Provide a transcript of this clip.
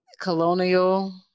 colonial